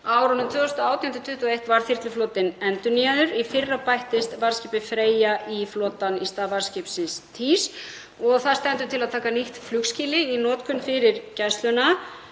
árunum 2018–2021 var þyrluflotinn endurnýjaður. Í fyrra bættist varðskipið Freyja við flotann í stað varðskipsins Týs og það stendur til að taka nýtt flugskýli í notkun fyrir Gæsluna.